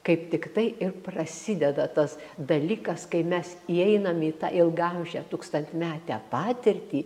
kaip tiktai ir prasideda tas dalykas kai mes įeinam į tą ilgaamžę tūkstantmetę patirtį